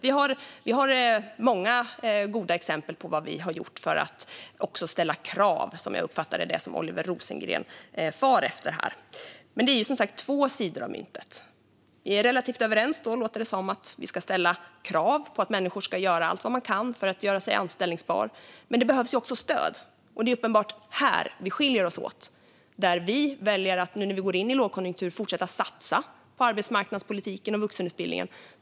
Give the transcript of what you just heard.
Vi har många goda exempel på vad vi har gjort för att ställa krav, som jag uppfattar att Oliver Rosengren far efter här. Men det är två sidor av myntet. Det låter som att vi är relativt överens om att vi ska ställa krav på att människor ska göra allt vad de kan för att göra sig anställbara. Men det behövs också stöd. Det är uppenbart att det är här vi skiljer oss åt. När vi nu går in i en lågkonjunktur väljer vi att fortsätta att satsa på arbetsmarknadspolitiken och vuxenutbildningen.